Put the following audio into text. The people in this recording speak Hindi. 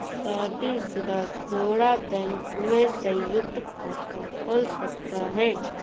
शादीशुदा जोड़ा बैंक में संयुक्त खाता खोल सकता है